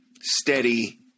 steady